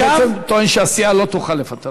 אתה בעצם טוען שהסיעה לא תוכל לפטר.